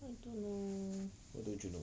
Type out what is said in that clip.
I don't know